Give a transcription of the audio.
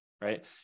right